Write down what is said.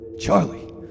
Charlie